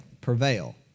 prevail